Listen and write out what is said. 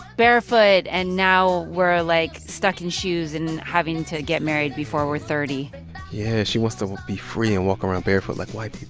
barefoot. and now we're like stuck in shoes and and having and to get married before we're thirty point yeah. she wants to be free and walk around barefoot like white